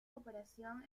cooperación